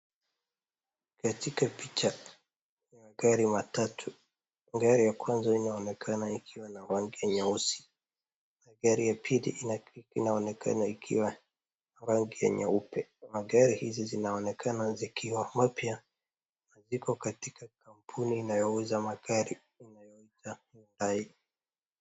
Katika picha, ina gari matatu. Gari ya kwanza inaonekana ikiwa na rangi nyeusi na gari ya pili kinaonekana ikiwa na rangi nyeupe. Magari hizi zinaonekana zikiwa mpya na ziko katika kampuni inayouza magari inayoitwa Hyundai .